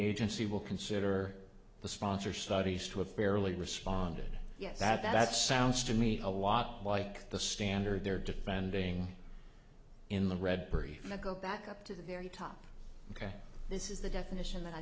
agency will consider the sponsor studies to a fairly responded yes that's sounds to me a lot like the standard they're defending in the red bird now go back up to the very top ok this is the definition that i